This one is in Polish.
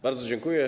Bardzo dziękuję.